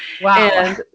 Wow